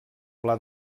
pla